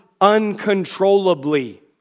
uncontrollably